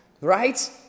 right